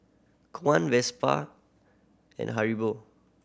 Kwan Vespa and Haribo